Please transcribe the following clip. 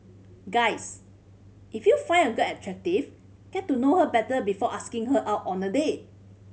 guys if you find a girl attractive get to know her better before asking her out on a date